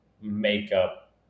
makeup